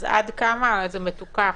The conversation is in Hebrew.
אז עד כמה זה מתוקף?